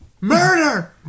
Murder